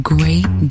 Great